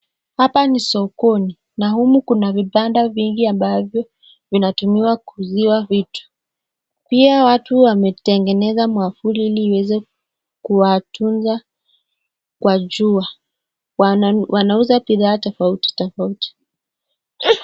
Hapa ni sokoni, na humu kuna bibanda vingi ambavyo vinatumiwa kuuziwa vitu. Pia watu wametengeneza mwavuli ili iweze kuwatunza kwa jua. Wanauza bidhaa tofauti tofauti.